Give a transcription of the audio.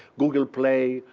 google play,